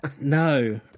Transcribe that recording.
No